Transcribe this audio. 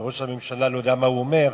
וראש הממשלה לא יודע מה הוא אומר.